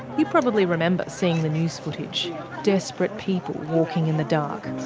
you probably remember seeing the news footage desperate people walking in the dark,